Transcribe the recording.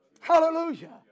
Hallelujah